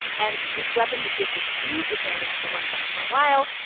and this weapon would give a huge advantage to one side for a while,